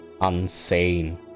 unseen